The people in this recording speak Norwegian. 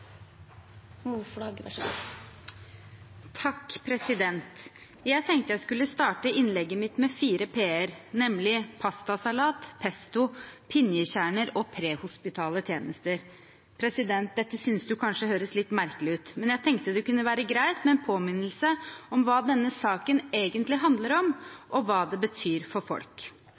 Jeg tenkte jeg skulle starte innlegget mitt med fire p-er, nemlig pastasalat, pesto, pinjekjerner og prehospitale tjenester. Dette synes kanskje presidenten høres litt merkelig ut, men jeg tenkte det kunne være greit med en påminnelse om hva denne saken egentlig handler om, og hva det betyr for folk.